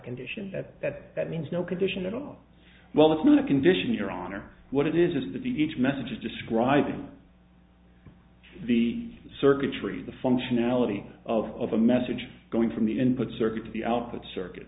condition that that that means no condition at all well that's not a condition your honor what it is is that the each message is describing the circuitry the functionality of a message going from the input circuit to the output circuit